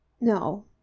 No